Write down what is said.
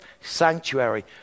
sanctuary